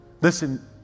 Listen